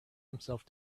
himself